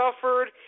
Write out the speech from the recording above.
suffered